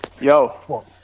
Yo